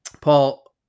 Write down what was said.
Paul